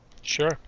Sure